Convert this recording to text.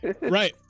Right